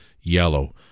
yellow